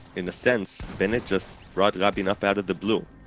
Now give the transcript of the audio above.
in a sense, bennett just brought rabin up out of the blue